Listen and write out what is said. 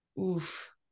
Oof